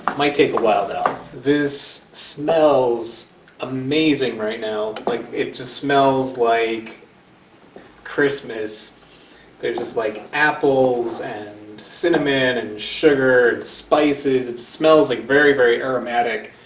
might take a while though. this smells amazing right now. like it just smells like christmas they're just like apples and cinnamon and sugar spices it smells like very very aromatic